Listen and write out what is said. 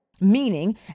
Meaning